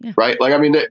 right. like i mean,